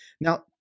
Now